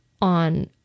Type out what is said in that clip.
on